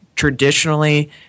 traditionally